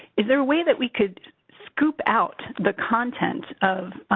is there a way that we could scoop out the content of,